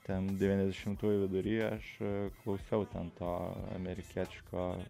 ten devyniasdešimtųjų vidury aš klausiau ten to amerikietiško